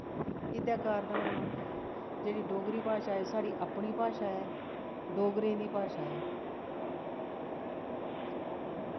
एह्दै कारण जेह्ड़ी डोगरी भाशा ऐ साढ़ी अपनी भाशा ऐ डोगरें दी भाशा ऐ